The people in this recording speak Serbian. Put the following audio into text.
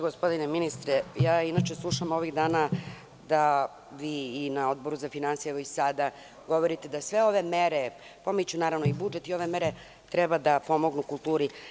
Gospodine ministre, ja inače slušam ovih dana da vi i na Odboru za finansije, a evo i sada, govorite da sve ove mere, pominjući i budžet, treba da pomognu kulturi.